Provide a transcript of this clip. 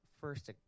first